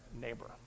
neighbor